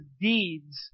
deeds